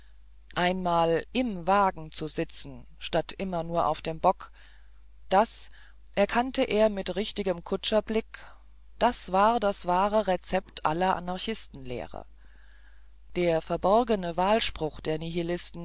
einmal im wagen zu sitzen statt immer nur auf dem bock das erkannte er mit richtigem kutscherblick war das wahre rezept aller anarchistenlehre der verborgene wahlspruch der